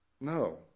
No